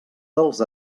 dels